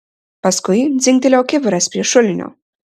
paskui dzingtelėjo kibiras prie šulinio